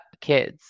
kids